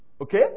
Okay